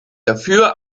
dafür